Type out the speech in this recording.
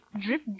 Drip